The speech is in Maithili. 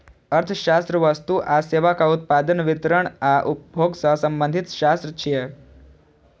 अर्थशास्त्र वस्तु आ सेवाक उत्पादन, वितरण आ उपभोग सं संबंधित शास्त्र छियै